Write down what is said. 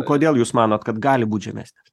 kodėl jūs manot kad gali būt žemesnės